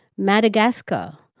madagascar,